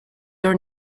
your